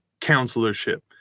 counselorship